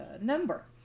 number